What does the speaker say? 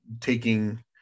taking